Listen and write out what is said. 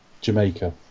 Jamaica